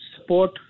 support